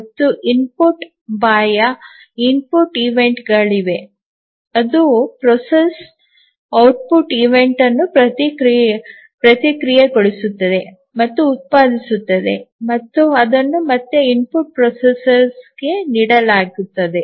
ಮತ್ತು ಇನ್ಪುಟ್ ಬಾಹ್ಯ ಇನ್ಪುಟ್ ಈವೆಂಟ್ಗಳಿವೆ ಅದು process ಟ್ಪುಟ್ ಈವೆಂಟ್ ಅನ್ನು ಪ್ರಕ್ರಿಯೆಗೊಳಿಸುತ್ತದೆ ಮತ್ತು ಉತ್ಪಾದಿಸುತ್ತದೆ ಮತ್ತು ಅದನ್ನು ಮತ್ತೆ ಇನ್ಪುಟ್ ಪ್ರೊಸೆಸರ್ಗೆ ನೀಡಲಾಗುತ್ತದೆ